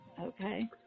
Okay